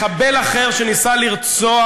מחבל אחר שניסה לרצוח,